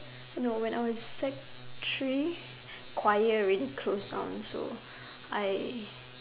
no when I was sec three choir already close down so I